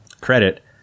credit